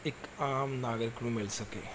ਇੱਕ ਆਮ ਨਾਗਰਿਕ ਨੂੰ ਮਿਲ ਸਕੇ